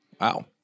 Wow